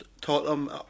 Tottenham